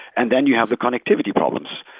and then you have the connectivity problems.